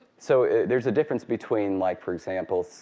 so there's a difference between, like for example,